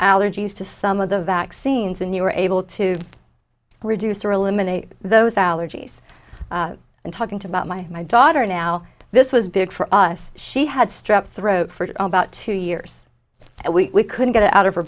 allergies to some of the vaccines and you were able to reduce or eliminate those allergies and talking to about my my daughter now this was big for us she had strep throat for about two years and we couldn't get out of her